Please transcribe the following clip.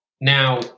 Now